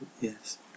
Yes